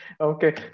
Okay